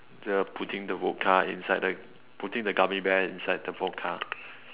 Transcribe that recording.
the putting the vodka inside the putting the gummy bear inside the vodka